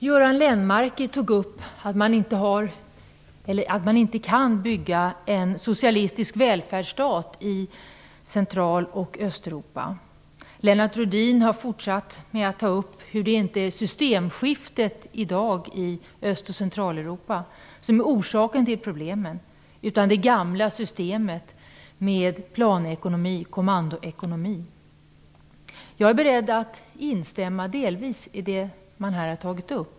Herr talman! Göran Lennmarker sade att man inte kan bygga en socialistisk välfärdsstat i Central och Östeuropa. Lennart Rohdin har fortsatt med att säga att det inte är systemskiftet i Öst och Centraleuropa som är orsaken till problemen, utan det gamla systemet med planekonomi, kommandoekonomi. Jag är beredd att delvis instämma i det man här har sagt.